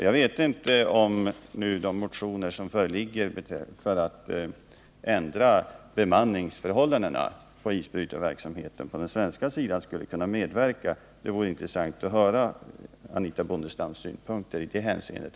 Jag vet inte om de motioner som nu föreligger beträffande ändring av bemanningsförhållandena på isbrytarna på den svenska sidan skulle kunna medverka till en förbättring. Det vore intressant att höra Anitha Bondestams synpunkter också i det hänseendet.